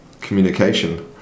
communication